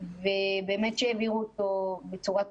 באמת שהעבירו אותו בצורה טובה.